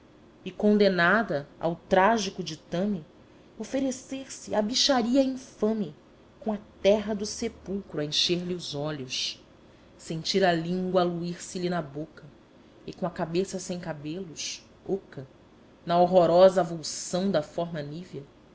e condenada ao trágico ditame oferecer se à bicharia infame com a terra do sepulcro a encher-lhe os olhos sentir a língua aluir se lhe na boca e com a cabeça sem cabelos oca na horrorosa avulsão da forma nívea